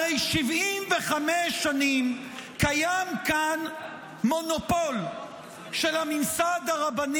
הרי 75 שנים קיים כאן מונופול של הממסד הרבני